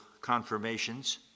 confirmations